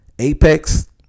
apex